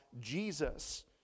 Jesus